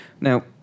now